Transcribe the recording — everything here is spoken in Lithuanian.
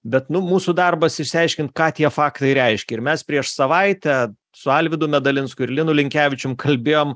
bet nu mūsų darbas išsiaiškint ką tie faktai reiškia ir mes prieš savaitę su alvydu medalinsku ir linu linkevičium kalbėjom